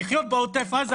לחיות בעוטף עזה,